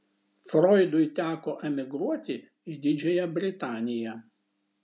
froidui teko emigruoti į didžiąją britaniją